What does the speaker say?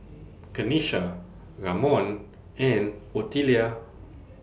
Kenisha Ramon and Otelia